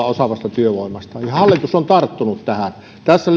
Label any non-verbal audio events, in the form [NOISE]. [UNINTELLIGIBLE] osaavasta työvoimasta ja hallitus on tarttunut tähän tässä [UNINTELLIGIBLE]